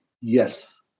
yes